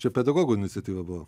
čia pedagogų iniciatyva buvo